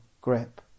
grip